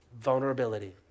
vulnerability